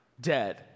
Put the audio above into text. dead